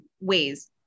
ways